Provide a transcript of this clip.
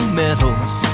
medals